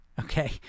okay